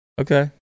okay